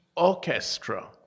orchestra